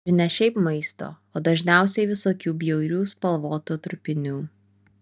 ir ne šiaip maisto o dažniausiai visokių bjaurių spalvotų trupinių